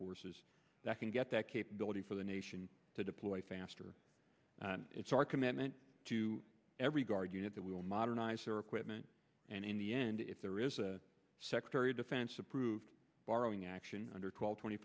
forces that can get that capability for the nation to deploy faster it's our commitment to every guard unit that will modernize their equipment and in the end if there is a secretary of defense approved borrowing action under twelve twenty